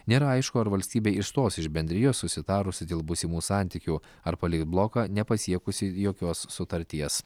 nėra aišku ar valstybė išstos iš bendrijos susitarusi dėl būsimų santykių ar paliks bloką nepasiekusi jokios sutarties